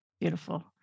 Beautiful